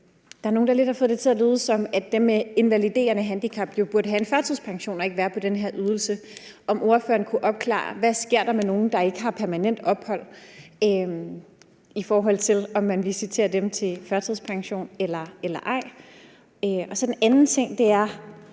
der er nogle, der lidt har fået det til at lyde, som om dem med invaliderende handicap burde have en førtidspension og ikke være på den her ydelse, spørge, om ordføreren kunne opklare: Hvad sker der med nogle, der ikke har permanent ophold, altså i forhold til om man visiterer dem til førtidspension eller ej? Så er der den anden ting: